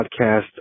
podcast